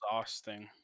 exhausting